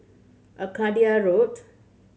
Arcadia Road